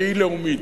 שהיא לאומית.